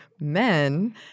men